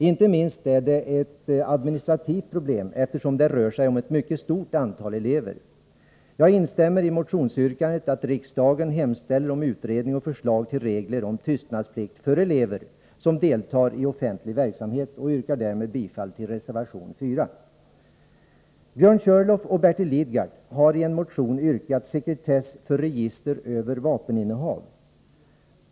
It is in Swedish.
Inte minst är det ett administrativt problem, eftersom det rör sig om ett mycket stort antal elever. Jag instämmer i motionsyrkandet att riksdagen skall hemställa om utredning och förslag till regler om tystnadsplikt för elever som deltar i offentlig verksamhet och yrkar därmed bifall till reservation 4. Björn Körlof och Bertil Lidgard har i en motion yrkat sekretess för register över vapeninnehav.